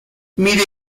mide